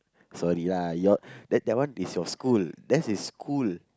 sorry lah your that that one is your school that is school